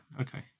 okay